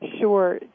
Sure